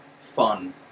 fun